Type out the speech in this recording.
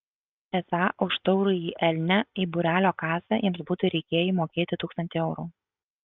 esą už taurųjį elnią į būrelio kasą jiems būtų reikėję įmokėti tūkstantį eurų